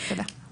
תודה.